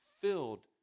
filled